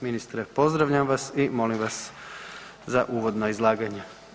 Ministre, pozdravljam vas i molim vas za uvodna izlaganja.